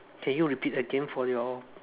can you repeat again for your